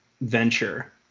venture